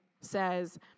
says